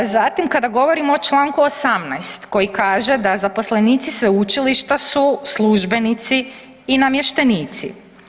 Zatim kada govorimo o čl. 18. koji kaže da zaposlenici sveučilišta su službenici i namještenici.